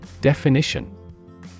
Definition